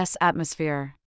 atmosphere